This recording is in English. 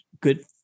good